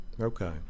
Okay